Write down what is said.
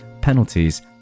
penalties